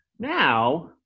Now